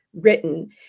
written